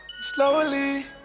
Slowly